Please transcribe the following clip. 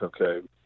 okay